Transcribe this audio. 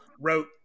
wrote